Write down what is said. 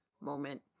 moment